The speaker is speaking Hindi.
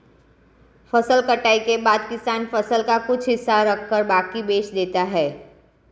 फसल कटाई के बाद किसान फसल का कुछ हिस्सा रखकर बाकी बेच देता है